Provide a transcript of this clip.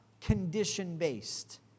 condition-based